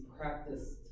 practiced